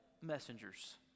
messengers